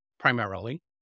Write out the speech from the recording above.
primarily